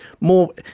more